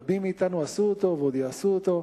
רבים מאתנו עשו אותו ועוד יעשו אותו,